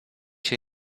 się